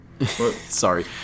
Sorry